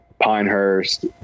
Pinehurst